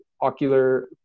ocular